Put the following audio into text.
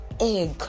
egg